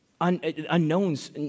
unknowns